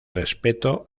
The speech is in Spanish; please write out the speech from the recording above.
respeto